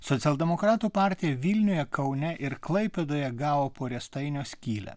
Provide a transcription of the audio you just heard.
socialdemokratų partija vilniuje kaune ir klaipėdoje gavo po riestainio skylę